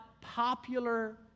popular